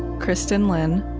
kristin lin,